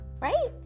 right